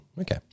Okay